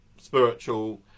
spiritual